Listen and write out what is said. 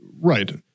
Right